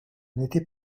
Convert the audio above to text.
n’était